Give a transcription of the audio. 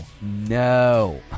No